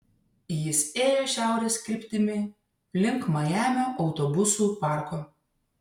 jis ėjo šiaurės kryptimi link majamio autobusų parko